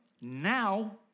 now